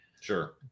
Sure